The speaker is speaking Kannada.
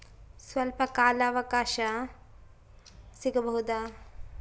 ಸ್ವಲ್ಪ ಕಾಲ ಅವಕಾಶ ಸಿಗಬಹುದಾ?